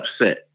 upset